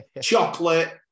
chocolate